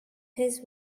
his